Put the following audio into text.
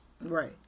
Right